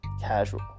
casual